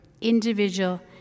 Individual